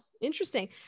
interesting